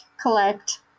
collect